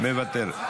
מאיר,